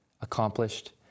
accomplished